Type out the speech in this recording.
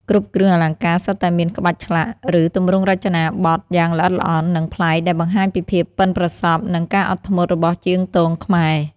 គ្រប់គ្រឿងអលង្ការសុទ្ធតែមានក្បាច់ឆ្លាក់ ឬទម្រង់រចនាបថយ៉ាងល្អិតល្អន់ និងប្លែក ដែលបង្ហាញពីភាពប៉ិនប្រសប់ និងការអត់ធ្មត់របស់ជាងទងខ្មែរ។